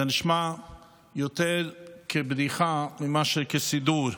זה נשמע יותר כבדיחה מאשר כסידור.